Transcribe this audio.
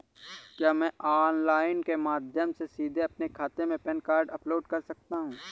क्या मैं ऑनलाइन के माध्यम से सीधे अपने खाते में पैन कार्ड अपलोड कर सकता हूँ?